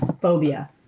phobia